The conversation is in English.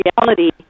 reality